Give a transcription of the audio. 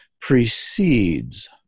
precedes